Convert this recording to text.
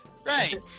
Right